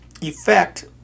effect